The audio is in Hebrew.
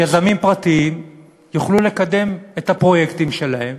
יזמים פרטיים יוכלו לקדם את הפרויקטים שלהם